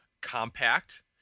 compact